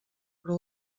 però